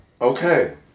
Okay